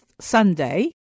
Sunday